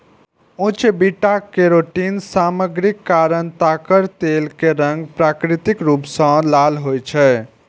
उच्च beta carotene सामग्रीक कारण ताड़क तेल के रंग प्राकृतिक रूप सं लाल होइ छै